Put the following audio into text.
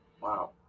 Wow